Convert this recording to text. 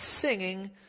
singing